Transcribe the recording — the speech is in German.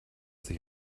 sich